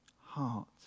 heart